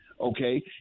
okay